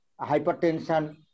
hypertension